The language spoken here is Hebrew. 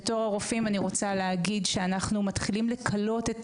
בתור הרופאים אני רוצה להגיד שאנחנו מתחילים לכלות את